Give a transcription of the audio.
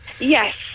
Yes